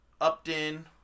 Upton